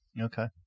Okay